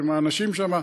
עם האנשים שם,